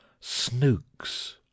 Snooks